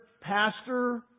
pastor